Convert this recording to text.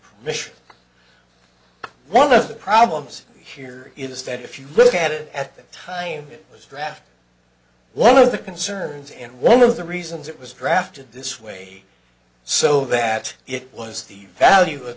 this mission one of the problems here is that if you look at it at the time it was draft one of the concerns and one of the reasons it was drafted this way so that it was the value of